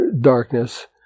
darkness